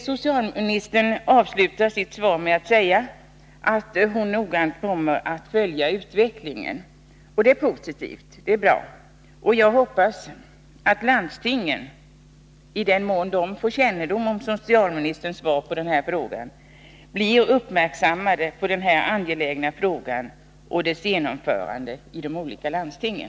Socialministern avslutar sitt svar med att säga att hon kommer att noggrant följa utvecklingen, och det är positivt. Jag hoppas att landstingen, i den mån de får kännedom om socialministerns svar på den här frågan, görs uppmärksamma på denna angelägna sak och dess genomförande i de olika landstingen.